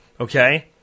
Okay